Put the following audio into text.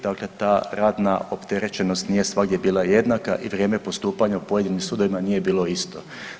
Dakle, ta radna opterećenost nije svagdje bila jednaka i vrijeme postupanja u pojedinim sudovima nije bilo isto.